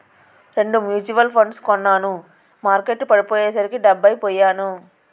రెండు మ్యూచువల్ ఫండ్లు కొన్నాను మార్కెట్టు పడిపోయ్యేసరికి డెబ్బై పొయ్యాను